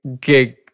gig